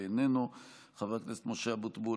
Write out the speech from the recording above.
חבר הכנסת משה ארבל,